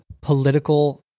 political